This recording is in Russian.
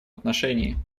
отношении